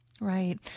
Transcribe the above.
Right